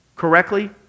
correctly